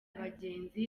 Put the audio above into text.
abagenzi